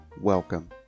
welcome